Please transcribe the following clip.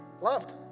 Loved